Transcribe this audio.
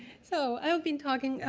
so i'll be talking,